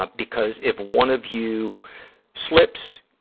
ah because if one of you slips,